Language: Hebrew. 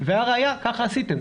והראיה שככה עשיתם.